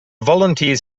volunteers